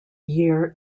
year